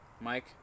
Mike